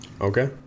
Okay